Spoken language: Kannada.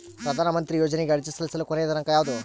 ಪ್ರಧಾನ ಮಂತ್ರಿ ಯೋಜನೆಗೆ ಅರ್ಜಿ ಸಲ್ಲಿಸಲು ಕೊನೆಯ ದಿನಾಂಕ ಯಾವದು?